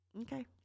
Okay